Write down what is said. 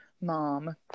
mom